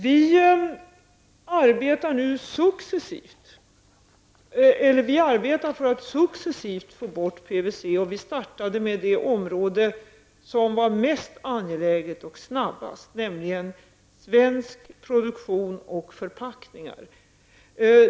Vi arbetar nu för att successivt få bort PVC, och vi startade med det område som var mest angeläget och snabbast i omlopp, nämligen svensk produktion och förpackningar.